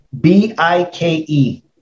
B-I-K-E